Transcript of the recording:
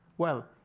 well,